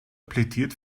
plädiert